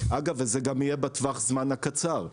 אגב וזה גם יהיה בטווח הזמן הקצר,